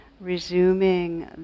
resuming